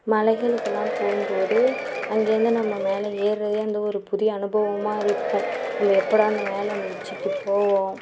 மலைகளுக்குலான் போகும்போது அங்கேருந்து நம்ம மேல் ஏற்யே வந்து ஒரு புதிய அனுபவமாக இருக்கும் நம்ம எப்படா அந்த மேலே அந்த உச்சிக்கு போவோம்